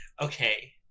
okay